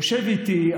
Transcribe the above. יושב איתי,